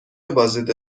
بازدید